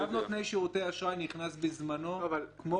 צו נותני שירותי אשראי נכנס בזמנו כמו